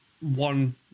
one